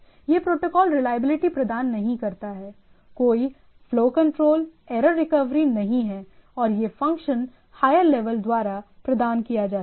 यह protocol reliability प्रदान नहीं करता है कोई फ्लो कंट्रोल एरर रिकवरी नहीं है और यह फ़ंक्शन हायर लेवल द्वारा प्रदान किया जा सकता है